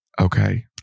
Okay